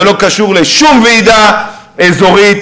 זה לא קשור לשום ועידה אזורית.